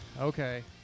Okay